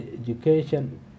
education